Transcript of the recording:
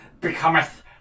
becometh